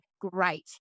great